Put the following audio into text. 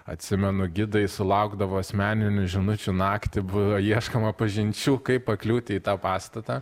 atsimenu gidai sulaukdavo asmeninių žinučių naktį buvo ieškoma pažinčių kaip pakliūti į tą pastatą